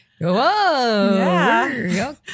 Whoa